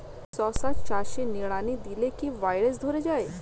শশা চাষে নিড়ানি দিলে কি ভাইরাস ধরে যায়?